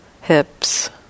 hips